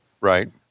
Right